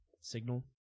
signal